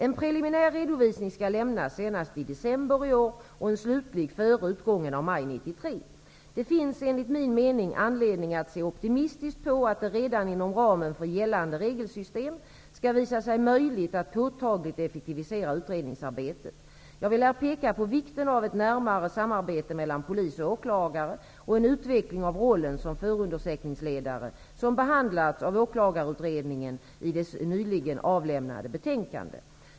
En preliminär redovisning skall lämnas senast i december i år och en slutlig före utgången av maj Det finns enligt min mening anledning att se optimistiskt på att det redan inom ramen för gällande regelsystem skall visa sig möjligt att påtagligt effektivisera utredningsarbetet. Jag vill här peka på vikten av ett närmare samarbete mellan polis och åklagare och en utveckling av rollen som förundersökningsledare, vilket behandlats av Åklagarutredningen i dess nyligen avlämnade betänkande.